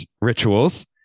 rituals